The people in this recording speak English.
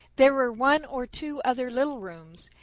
there were one or two other little rooms,